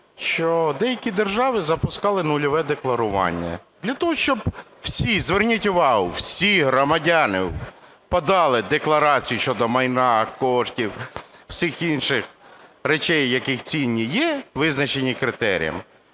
що деякі держави запускали нульове декларування для того, щоб всі, зверніть увагу, всі громадяни подали декларацію щодо майна, коштів, всіх інших речей, які цінні є, визначені критерієм,